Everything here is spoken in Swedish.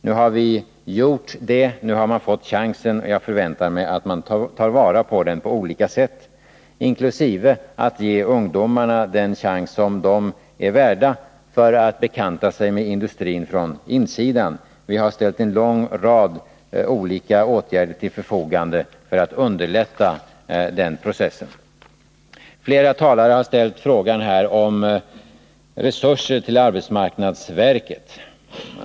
Nu har vi gjort det. Nu har man fått chansen, och jag förväntar mig att man tar vara på den på olika sätt, inkl. att man ger ungdomarna den chans som de är värda för att bekanta sig med industrin från insidan. Vi har ställt en lång rad olika åtgärder till förfogande för att underlätta den processen. Flera talare har ställt frågan om resurser till arbetsmarknadsverket.